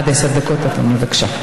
עד עשר דקות, אדוני, בבקשה.